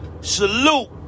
Salute